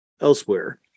elsewhere